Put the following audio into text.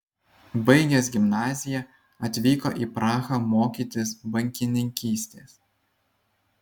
baigęs gimnaziją atvyko į prahą mokytis bankininkystės